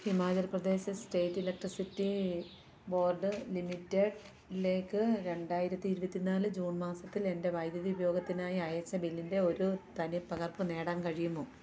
Himachal Pradesh state electricity board ലിമിറ്റഡിലേക്ക് രണ്ടായിരത്തി ഇരുപത്തി നാല് ജൂൺ മാസത്തിൽ എന്റെ വൈദ്യുതി ഉപയോഗത്തിനായി അയച്ച ബില്ലിന്റെ ഒരു തനി പകർപ്പ് നേടാൻ കഴിയുമോ